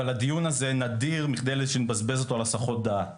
אבל הדיון הזה נדיר מכדי שנבזבז אותו על הסחות דעת